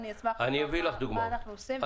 אני אשמח להגיד מה אנחנו עושים ומהם החסמים.